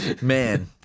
Man